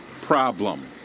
problem